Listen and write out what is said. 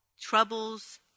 troubles